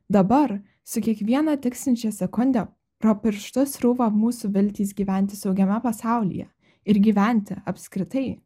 dabar su kiekviena tiksinčia sekunde pro pirštus srūva mūsų viltys gyventi saugiame pasaulyje ir gyventi apskritai